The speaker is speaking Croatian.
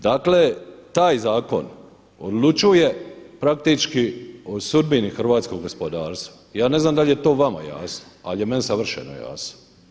Dakle, taj zakon odlučuje praktički o sudbini hrvatskog gospodarstva, ja ne znam dali je to vama jasno, ali je meni savršeno jasno.